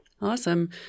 Awesome